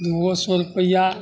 नओ सए रुपैआ